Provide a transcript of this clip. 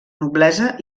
noblesa